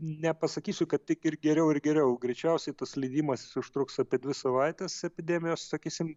nepasakysiu kad tik ir geriau ir geriau greičiausiai tas leidimasis užtruks apie dvi savaites epidemijos sakysim